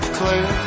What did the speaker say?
clear